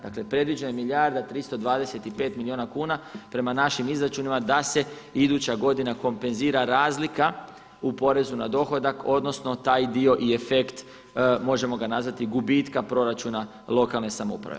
Dakle, predviđene milijarde, 325 milijuna kuna prema našim izračunima da se iduća godina kompenzira razlika u porezu na dohodak odnosno taj dio i efekt, možemo ga nazvati gubitka proračuna lokalne samouprave.